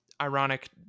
ironic